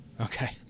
okay